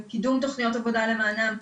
וקידום תכניות עבודה למענם.